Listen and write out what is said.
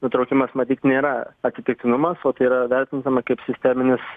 nutraukimas matyt nėra atsitiktinumas o tai yra vertintina kaip sisteminis